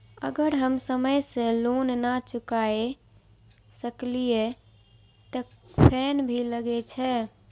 अगर हम समय से लोन ना चुकाए सकलिए ते फैन भी लगे छै?